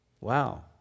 Wow